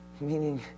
Meaning